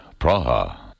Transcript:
Praha